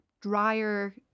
drier